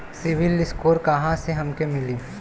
CIBIL score कहाँसे हमके मिली?